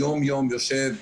יום-יום יושב,